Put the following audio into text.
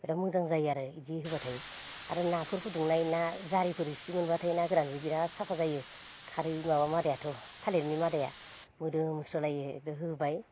बिराद मोजां जायो आरो इदि होब्लाथाय आरो नाफोर फदुंनाय ना जारिफोर इसे मोनब्लाथाय ना गोरानजो बिराद साफा जायो खारै माबा मादायाथ' थालिरनि मादाया मोदोमस्रोलायो बेखो होबाय